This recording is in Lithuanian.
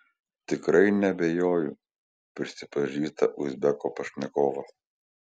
tikrai neabejoju prisipažįsta uzbeko pašnekovas